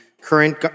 current